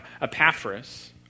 Epaphras